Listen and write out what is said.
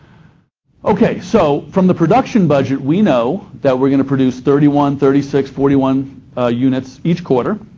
okay, so from the production budget we know that we're going to produce thirty one, thirty six, forty one units each quarter,